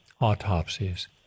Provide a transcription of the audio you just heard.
autopsies